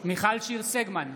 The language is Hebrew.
מיכל שיר סגמן,